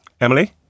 Emily